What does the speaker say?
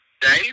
Dave